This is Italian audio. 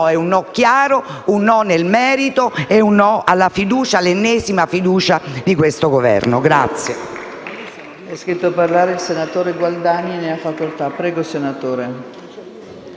è un no chiaro, un no nel merito, un no alla fiducia, l'ennesima, posta da questo Governo.